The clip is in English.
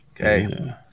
Okay